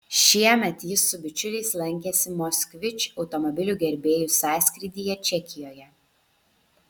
šiemet jis su bičiuliais lankėsi moskvič automobilių gerbėjų sąskrydyje čekijoje